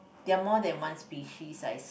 there are more than one species I saw